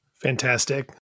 Fantastic